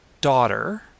daughter